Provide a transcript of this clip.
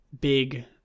big